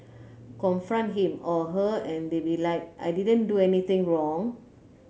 confront him or her and they be like I didn't do anything wrong